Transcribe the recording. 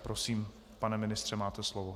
Prosím, pane ministře, máte slovo.